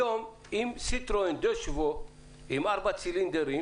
היום עם סיטרואן דה שבו עם ארבעה צילינדרים,